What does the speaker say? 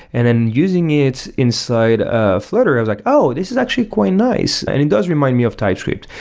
and then using it inside a flutter i was like, oh, this is actually quite nice, and it does remind me of typescript.